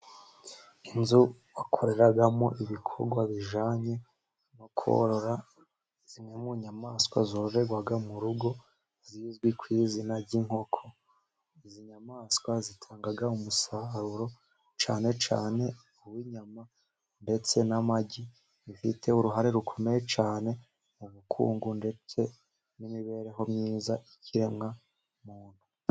Inzu bakoreramo ibikorwa bijyanye no korora zimwe mu nyamaswa zororerwa mu rugo, zizwi ku izina ry'inkoko. Izi nyamaswa zitanga umusaruro cyane cyane uw'inyama ndetse n'amagi, zifite uruhare rukomeye cyane mu bukungu ndetse n'imibereho myiza y'ikiremwa muntu.